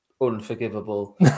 unforgivable